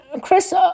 Chris